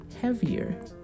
heavier